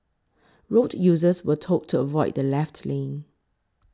road users were told to avoid the left lane